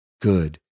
good